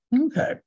Okay